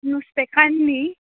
नुस्तेंकान्न न्ही